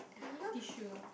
don't need tissue